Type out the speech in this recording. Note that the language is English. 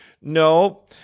No